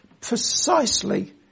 precisely